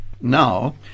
Now